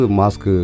mask